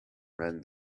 ran